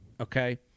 Okay